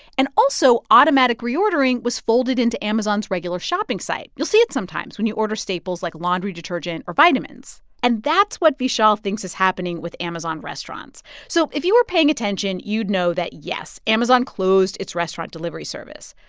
and also, automatic reordering was folded into amazon's regular shopping site. you'll see it sometimes when you order staples, like laundry detergent or vitamins. and that's what vishal thinks is happening with amazon restaurants so if you were paying attention, you'd know that, yes, amazon closed its restaurant delivery service.